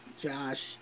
Josh